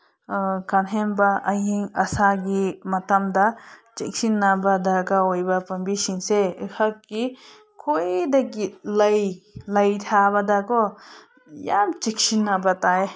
ꯀꯥꯍꯦꯟꯕ ꯑꯏꯪ ꯑꯁꯥꯒꯤ ꯃꯇꯝꯗ ꯆꯦꯛꯁꯤꯟꯅꯕ ꯗꯔꯀꯥꯔ ꯑꯣꯏꯕ ꯄꯥꯝꯕꯤꯁꯤꯡꯁꯦ ꯑꯩꯍꯥꯛꯀꯤ ꯈ꯭ꯋꯥꯏꯗꯒꯤ ꯂꯩ ꯂꯩ ꯊꯥꯕꯗꯀꯣ ꯌꯥꯝ ꯆꯦꯛꯁꯤꯟꯅꯕ ꯇꯥꯏ